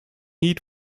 need